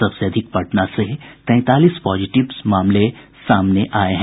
सबसे अधिक पटना से तैंतालीस पॉजिटिव मामले सामने आये हैं